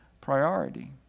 priority